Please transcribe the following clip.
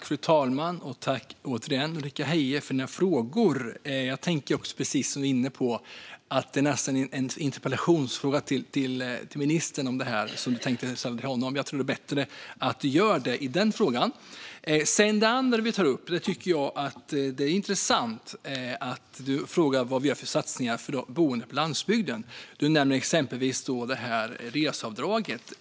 Fru talman! Tack återigen, Ulrika Heie, för dina frågor! Jag tänker också, precis som du är inne på, att detta nog är en interpellationsfråga som du skulle ställa till ministern. Jag tror att det är bättre att du gör det i den frågan. När det gäller det andra du tar upp tycker jag att det är intressant att du frågar vad vi gör för satsningar för de boende på landsbygden. Du nämner exempelvis reseavdraget.